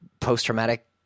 post-traumatic